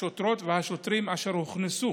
השוטרות והשוטרים אשר הוכנסו